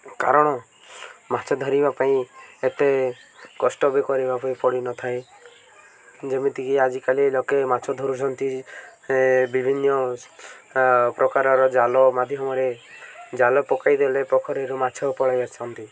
କାରଣ ମାଛ ଧରିବା ପାଇଁ ଏତେ କଷ୍ଟ ବି କରିବା ପାଇଁ ପଡ଼ିନଥାଏ ଯେମିତିକି ଆଜିକାଲି ଲୋକେ ମାଛ ଧରୁଛନ୍ତି ବିଭିନ୍ନ ପ୍ରକାରର ଜାଲ ମାଧ୍ୟମରେ ଜାଲ ପକାଇଦେଲେ ପୋଖରୀରୁ ମାଛ ପଳାଇଆସନ୍ତି